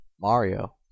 Mario